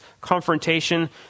confrontation